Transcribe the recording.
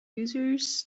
users